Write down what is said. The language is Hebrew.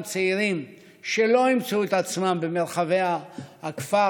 צעירים שלא ימצאו עצמם במרחבי הכפר.